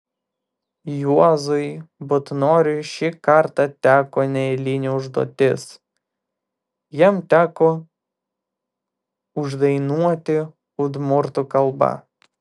juozui butnoriui šį kartą teko neeilinė užduotis jam teko uždainuoti udmurtų kalba